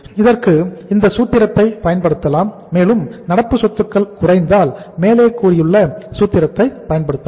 இதற்கு இந்த சூத்திரத்தை பயன்படுத்தலாம் மேலும் நடப்பு சொத்துக்கள் குறைந்தால் மேலே கூறியுள்ள சூத்திரத்தை பயன்படுத்தலாம்